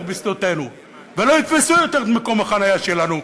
בשדותינו ולא יתפסו יותר את מקום החניה שלנו?